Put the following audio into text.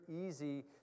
easy